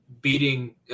beating –